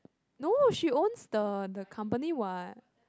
no she owns the the company what